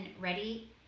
ready